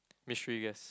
mystery guest